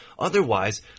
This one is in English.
Otherwise